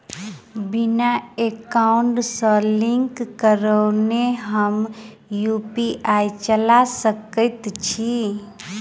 बिना एकाउंट सँ लिंक करौने हम यु.पी.आई चला सकैत छी?